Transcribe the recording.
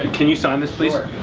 can you sign this please? ah